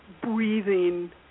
Breathing